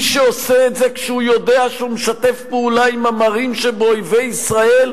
מי שעושה את זה כשהוא יודע שהוא משתף פעולה עם המרים שבאויבי ישראל,